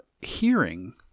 hearing